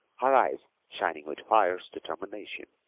her eyes shining with fierce determination.